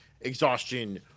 exhaustion